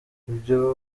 ibyo